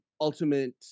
ultimate